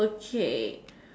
okay